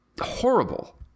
horrible